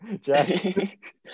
Jack